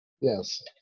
Yes